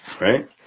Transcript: Right